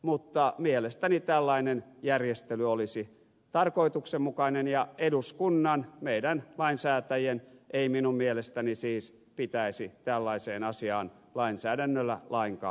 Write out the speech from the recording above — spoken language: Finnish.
mutta mielestäni tällainen järjestely olisi tarkoituksenmukainen ja eduskunnan meidän lainsäätäjien ei minun mielestäni siis pitäisi tällaiseen asiaan lainsäädännöllä lainkaan puuttua